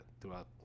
throughout